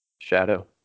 Shadow